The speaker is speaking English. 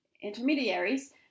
intermediaries